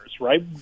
right